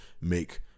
make